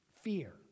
Fear